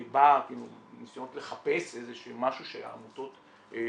ניסיונות לחפש איזשהו משהו שהעמותות ---.